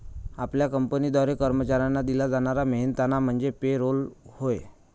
आपल्या कंपनीद्वारे कर्मचाऱ्यांना दिला जाणारा मेहनताना म्हणजे पे रोल होय